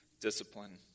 discipline